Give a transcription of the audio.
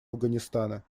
афганистана